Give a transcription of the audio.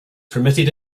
permitted